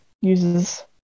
uses